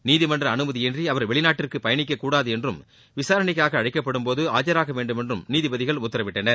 நீதிமன்ற அனுமதியின்றி அவர் வெளிநாட்டிற்கு பயணிக்கக் கூடாது என்றும் விசாரணைக்காக அழைக்கப்படும்போது ஆஜராக வேண்டும் என்றும் நீதிபதிகள் உத்தரவிட்டனர்